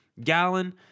Gallon